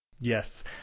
Yes